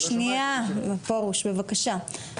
שנייה, פרוש, בבקשה.